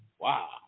Wow